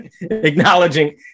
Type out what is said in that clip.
acknowledging